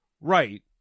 Right